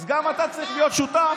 אז גם אתה צריך להיות שותף,